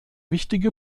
wichtige